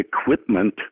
equipment